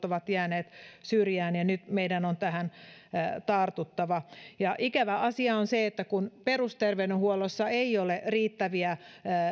ovat jääneet syrjään ja nyt meidän on tähän tartuttava ikävä asia on se että kun perusterveydenhuollossa ei ole riittäviä